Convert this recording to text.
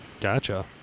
Gotcha